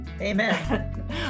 Amen